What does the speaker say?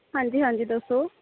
ਹਾਂਜੀ ਹਾਂਜੀ ਦੱਸੋ